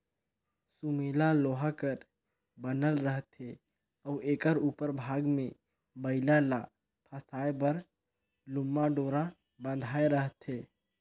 सुमेला लोहा कर बनल रहथे अउ एकर उपर भाग मे बइला ल फसाए बर लम्मा डोरा बंधाए रहथे